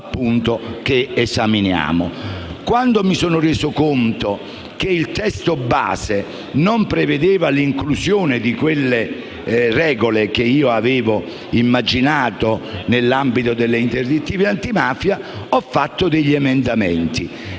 Quando mi sono reso conto che il testo base non prevedeva l'inclusione di quelle regole che avevo immaginato nell'ambito delle interdittive antimafia, ho presentato degli emendamenti